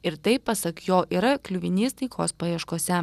ir tai pasak jo yra kliuvinys taikos paieškose